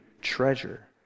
treasure